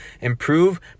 improve